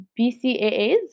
BCAAs